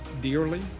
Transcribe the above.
dearly